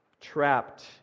Trapped